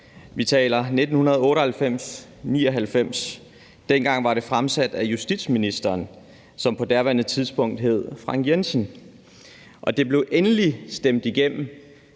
Vi taler om 1998/1999, og dengang var lovforslaget fremsat af justitsministeren, som på daværende tidspunkt hed Frank Jensen. Forslaget blev endeligt stemt igennem